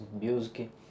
music